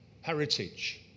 heritage